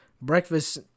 breakfast